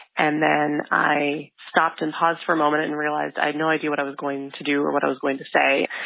and then i stopped and paused for a moment and realized i had no idea what i was going to do or what i was going to say.